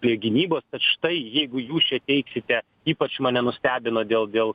gynybos tad štai jeigu jūs čia teiksite ypač mane nustebino dėl dėl